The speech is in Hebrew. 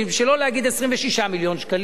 שלא להגיד 26 מיליון שקלים,